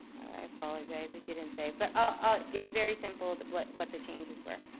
i apologize, it didn't save. but ah it's very simple what what the changes were.